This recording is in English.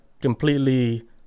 completely